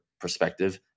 perspective